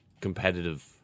competitive